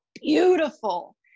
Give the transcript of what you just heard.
beautiful